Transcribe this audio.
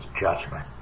judgment